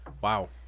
Wow